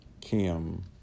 Kim